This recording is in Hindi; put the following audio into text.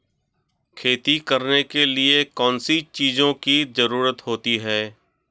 खेती करने के लिए कौनसी चीज़ों की ज़रूरत होती हैं?